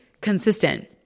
consistent